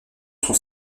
son